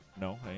No